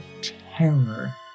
terror